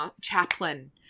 Chaplain